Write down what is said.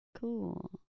Cool